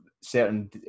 certain